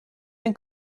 این